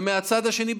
ומהצד השני,